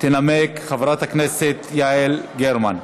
תנמק חברת הכנסת יעל גרמן.